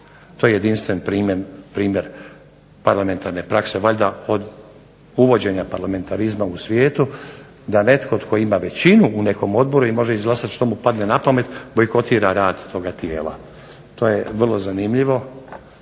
To je jedinstven primjer parlamentarne prakse valjda od uvođenja parlamentarizma u svijetu da netko tko ima većinu u odboru može izglasati što mu padne na pamet bojkotira rad toga tijela. To je vrlo zanimljivo